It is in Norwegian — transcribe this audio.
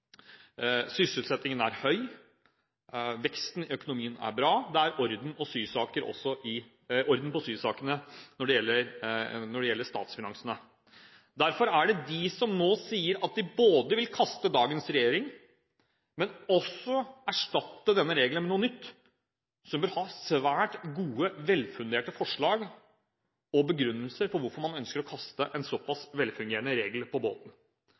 sysselsettingen er høy, veksten i økonomien er bra, det er orden i sysakene når det gjelder statsfinansene. Derfor er det de som nå sier at de både vil kaste dagens regjering og erstatte denne regelen med noe nytt, som bør ha svært gode, velfunderte forslag og begrunnelser for hvorfor man ønsker å kaste en såpass velfungerende regel på båten.